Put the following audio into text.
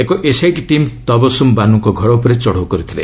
ଏକ SIT team ଡବସୁମ୍ ବାନୁଙ୍କ ଘର ଉପରେ ଚଢ଼ଉ କରିଥିଲେ